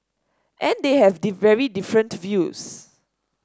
and they have the very different views